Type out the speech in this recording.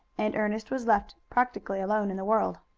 and ernest was left practically alone in the world.